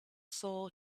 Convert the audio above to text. saw